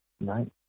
right